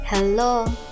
Hello